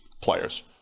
players